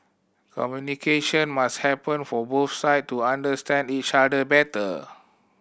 communication must happen for both side to understand each other better